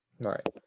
Right